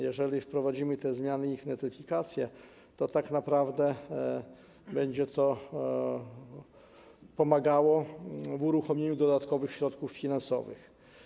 Jeżeli wprowadzimy te zmiany i ich notyfikację, to tak naprawdę będzie to pomagało w uruchomieniu dodatkowych środków finansowych.